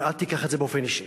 אבל אל תיקח את זה באופן אישי.